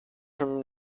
from